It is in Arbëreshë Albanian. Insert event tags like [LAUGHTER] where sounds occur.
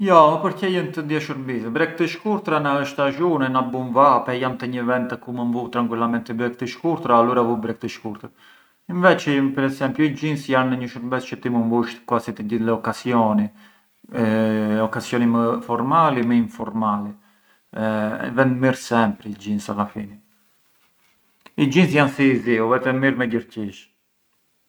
Na pincar rtë kullurë, më vjen ment per esempiu gjith unazat, gioielli çë kish nona, [HESITATION] më vjen ment një par këpucë çë kisha kur veja te skollët medi.